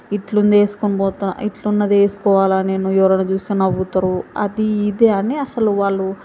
ఇట్లా ఉంది వేసుకొని పోతున్నా ఇట్లా ఉన్నది వేసుకోవాలా నేను ఎవరైనా చూస్తే నవ్వుతరు అది ఇది అని అసలు వాళ్ళు